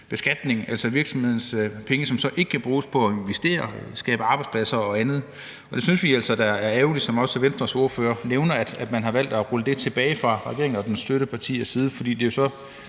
altså virksomhedens kapital, som så ikke kan bruges på at investere, skabe arbejdspladser og andet. Vi synes altså, det er ærgerligt, som også Venstres ordfører nævner, at man fra regeringen og dens støttepartiers side har valgt at rulle